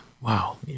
Wow